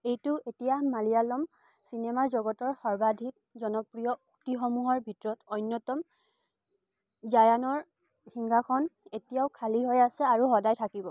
এইটো এতিয়া মালয়ালম চিনেমাৰ জগতৰ সৰ্বাধিক জনপ্ৰিয় উক্তিসমূহৰ ভিতৰত অন্যতম জায়ানৰ সিংহাসন এতিয়াও খালি হৈ আছে আৰু সদায় থাকিব